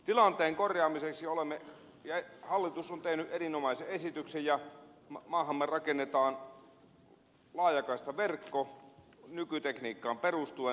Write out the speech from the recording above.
tilanteen korjaamiseksi hallitus on tehnyt erinomaisen esityksen ja maahamme rakennetaan laajakaistaverkko nykytekniikkaan perustuen